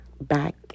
back